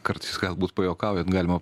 kartais galbūt pajuokaujant galima